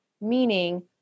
meaning